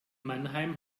mannheim